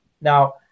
Now